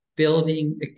building